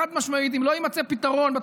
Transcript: אני אומר לכם חד-משמעית: אם לא יימצא פתרון בתקופה